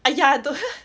!aiya! don't